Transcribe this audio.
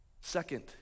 Second